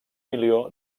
milió